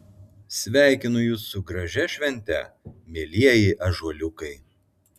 sveikinu jus su gražia švente mielieji ąžuoliukai